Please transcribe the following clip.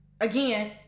again